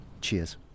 Cheers